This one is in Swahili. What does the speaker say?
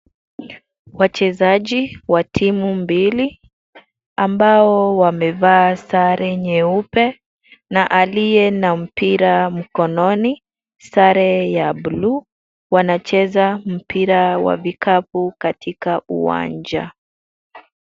Wachezaji wa timu mbili, ambao wamevaa sare nyeupe na aliye na mpira mkononi sare ya buluu. Wanacheza mpira wa kikapu katika uwanja.